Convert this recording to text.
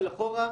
אחורה,